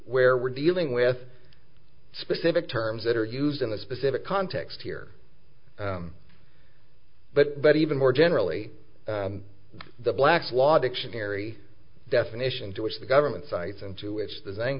where we're dealing with specific terms that are used in a specific context here but but even more generally the black's law dictionary definition to which the government cites into its design